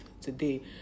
today